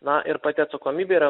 na ir pati atsakomybė yra